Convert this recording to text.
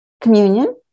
Communion